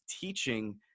teaching